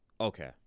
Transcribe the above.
Okay